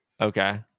okay